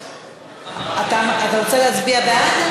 בעד,